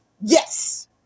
yes